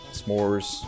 s'mores